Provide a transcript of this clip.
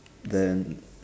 then